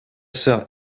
sœur